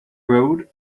road